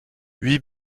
huit